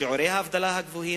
שיעורי האבטלה הגבוהים,